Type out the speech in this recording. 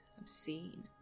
Obscene